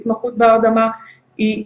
התמחות בהרדמה היא,